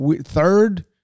Third